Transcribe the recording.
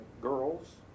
girls